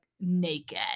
naked